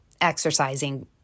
exercising